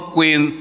Queen